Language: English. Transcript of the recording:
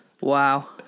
Wow